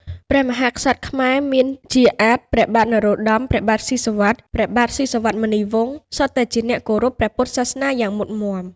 ព្រះមហាក្សត្រខ្មែរ មានជាអាទិ៍ ព្រះបាទនរោត្តម ព្រះបាទស៊ីសុវត្ថិ ព្រះបាទ ស៊ីសុវត្ថិមុនីវង្ស សុទ្ធតែជាអ្នកគោរពព្រះពុទ្ធសាសនាយ៉ាងមុតមាំ ។